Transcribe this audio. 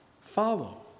follow